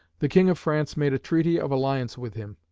the king of france made a treaty of alliance with him,